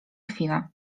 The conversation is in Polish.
chwilę